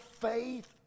faith